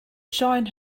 join